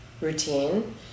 routine